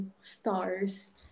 stars